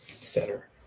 center